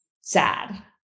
sad